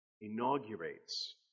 inaugurates